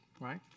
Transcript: Right